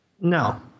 no